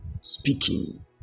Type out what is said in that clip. speaking